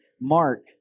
Mark